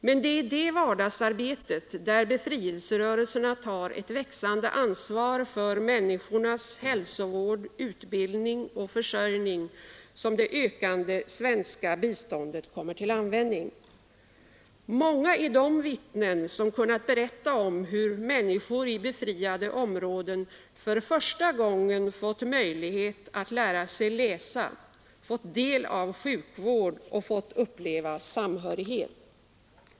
Men det är i detta vardagsarbete, där befrielserörelserna tar ett växande ansvar för människors hälsovård, utbildning och försörjning, som det ökande svenska biståndet kommer till användning. Många är de vittnen som kunnat berätta om hur människor i befriade områden för första gången fått möjlighet att lära sig läsa, fått del av sjukvård och fått uppleva samhörighet.